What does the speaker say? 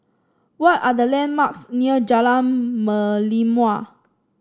what are the landmarks near Jalan Merlimau